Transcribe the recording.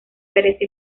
pereza